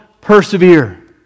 persevere